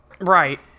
Right